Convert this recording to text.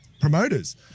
promoters